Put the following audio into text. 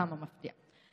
כמה מפתיע.